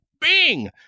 Bing